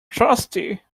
crusty